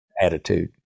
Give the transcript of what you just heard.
attitude